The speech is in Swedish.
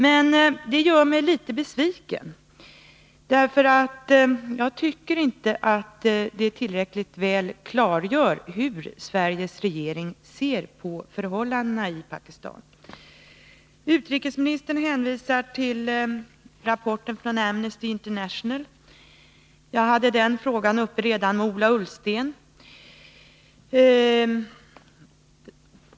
Men svaret gör mig litet besviken. Jag tycker inte att det tillräckligt väl klargör hur Sveriges regering ser på förhållandena i Pakistan. Utrikesministern hänvisar till rapporten från Amnesty International. Jag hade den frågan uppe redan med Ola Ullsten.